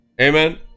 Amen